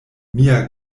mia